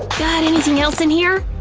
got anything else in here?